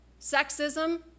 sexism